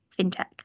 fintech